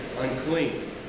unclean